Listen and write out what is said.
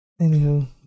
Anywho